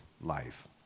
life